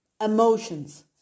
Emotions